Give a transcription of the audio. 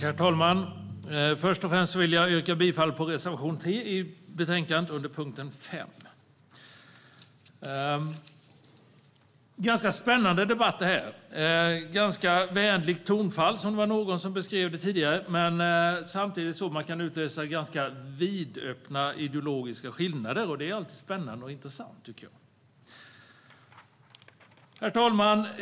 Herr talman! Jag yrkar bifall till reservation 3 under punkt 5. Det är en spännande debatt. Tonfallet är vänligt, som någon sa tidigare, samtidigt som det går att utläsa stora ideologiska skillnader. Herr talman!